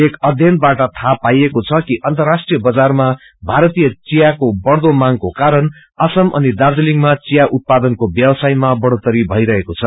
एक अध्ययन बाट थाहा पाइएको छ कि अन्तराष्ट्रिय बजारमा भारतीय चियाको बढ़दो मांगको कारण असम अनि दार्जीलिङमा चिया उत्पादनको व्यवसयमा कढ़ोत्तरी भईरहेको छ